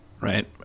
Right